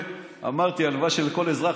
שמענו בפלילים.